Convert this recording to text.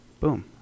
Boom